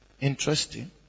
Interesting